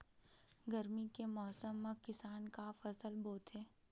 गरमी के मौसम मा किसान का फसल बोथे?